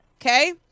Okay